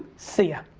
see ya.